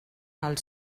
els